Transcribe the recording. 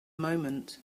moment